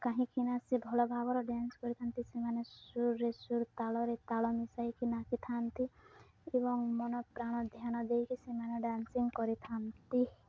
କାହିଁକିନା ସେ ଭଲ ଭାବରେ ଡ୍ୟାନ୍ସ କରିଥାନ୍ତି ସେମାନେ ସୁରରେ ସୁର ତାଳରେ ତାଳ ମିଶାଇକି ନାଚିଥାନ୍ତି ଏବଂ ମନ ପ୍ରାଣ ଧ୍ୟାନ ଦେଇକି ସେମାନେ ଡ୍ୟାନ୍ସିଂ କରିଥାନ୍ତି